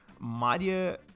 Maria